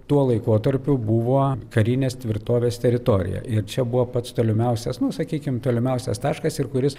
tuo laikotarpiu buvo karinės tvirtovės teritorija ir čia buvo pats tolimiausias nu sakykim tolimiausias taškas ir kuris